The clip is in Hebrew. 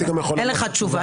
אין לך תשובה.